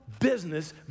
business